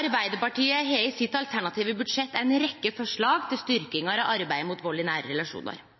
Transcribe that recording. Arbeidarpartiet har i sitt alternative budsjett ei rekkje forslag til styrking av arbeidet mot vald i nære relasjonar.